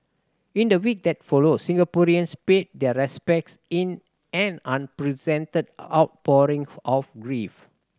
in the week that followed Singaporeans paid their respects in an unprecedented outpouring of grief